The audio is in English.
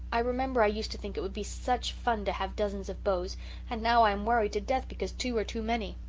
i remember i used to think it would be such fun to have dozens of beaux and now i'm worried to death because two are too many.